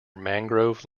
mangrove